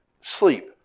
sleep